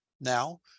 Now